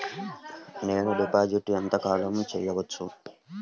నేను డిపాజిట్ ఎంత కాలం చెయ్యవచ్చు?